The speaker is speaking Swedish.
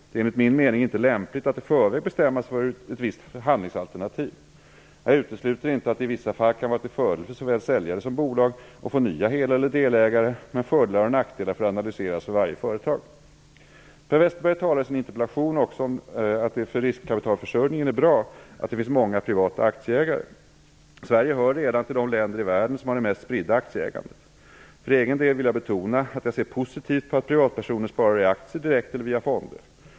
Det är enligt min mening inte lämpligt att i förväg bestämma sig för ett visst handlingsalternativ. Jag utesluter inte att det i vissa fall kan vara till fördel för såväl säljare som bolag att få nya hel eller delägare, men fördelar och nackdelar får analyseras för varje företag. Per Westerberg talar i sin interpellation också om att det för riskkapitalförsörjningen är bra att det finns många privata aktieägare. Sverige hör redan till de länder i världen som har det mest spridda aktieägandet. För egen del vill jag betona att jag ser positivt på att privatpersoner sparar i aktier direkt eller via fonder.